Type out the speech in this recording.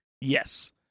Yes